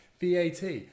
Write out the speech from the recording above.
VAT